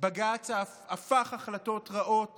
בג"ץ אף הפך החלטות רעות